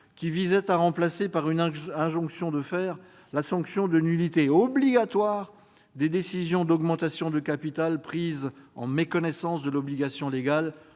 qui visait à remplacer par une injonction de faire la sanction de nullité obligatoire frappant les décisions d'augmentation de capital prises en méconnaissance de l'obligation légale